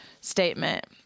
statement